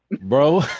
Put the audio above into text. Bro